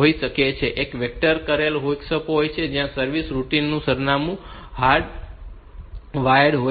હોઈ શકે છે એક વેક્ટર કરેલ વિક્ષેપો હોય છે જ્યાં સર્વિસ રૂટિનનું સરનામું હાર્ડ વાયર્ડ હોય છે